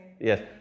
Yes